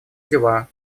дела